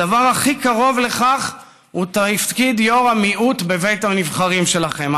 הדבר הכי קרוב לכך הוא תפקיד יו"ר המיעוט בבית הנבחרים שלכם,